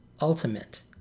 ultimate